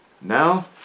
Now